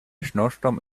snowstorm